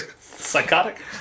Psychotic